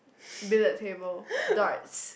billiard table darts